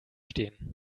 stehen